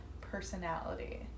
personality